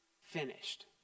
finished